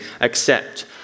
accept